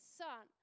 son